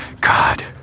God